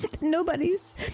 Nobody's